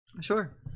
Sure